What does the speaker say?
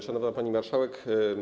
Szanowna Pani Marszałek!